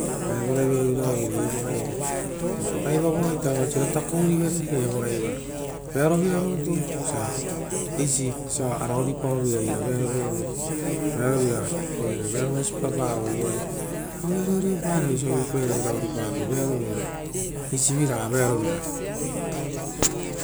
Ra evo raivaia oira orivere evoraivaia oraivava ita vao oisi oira takourivere uva veaoovira rutu, vosia, eisi osia varavi aueparo urovai, evoea rutu vearo vira rutu, vearo vira, uva aueia reoreopara osia uvuipe ra oira oripape, eisiviraga.